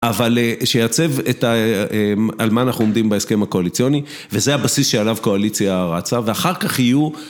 אבל שייצב את על מה אנחנו עומדים בהסכם הקואליציוני וזה הבסיס שעליו קואליציה רצה ואחר כך יהיו